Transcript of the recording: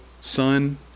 sun